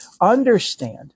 understand